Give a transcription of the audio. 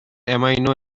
amino